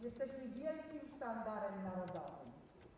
Jesteśmy wielkim sztandarem narodowym.